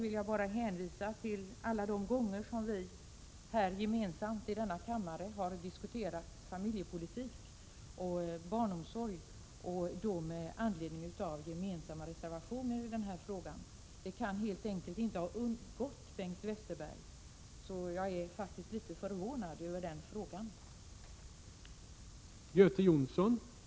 Jag vill bara hänvisa till alla de diskussioner som vi har haft i denna kammare om familjepolitik och barnomsorg och som = Prot. 1987/88:20 föranletts av gemensamma reservationer i dessa frågor. Det kan helt enkelt 10 november 1987 inte ha undgått Bengt Westerbergs uppmärksamhet. Jag är således litet förvånad över hans fråga. Cumprivat barnon: